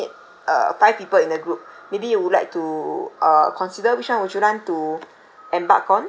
uh five people in the group maybe you would like to uh consider which [one] would you like to embark on